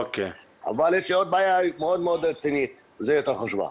יש לי עוד בעיה מאוד רצינית ויותר חשובה.